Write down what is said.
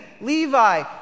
Levi